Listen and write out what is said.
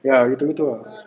ya gitu-gitu ah